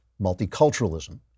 Multiculturalism